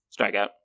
Strikeout